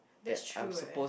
that's true eh